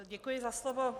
Děkuji za slovo.